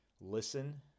listen